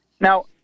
Now